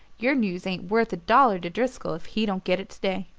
your news ain't worth a dollar to driscoll if he don't get it to-day.